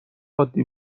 عادی